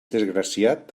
desgraciat